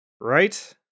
Right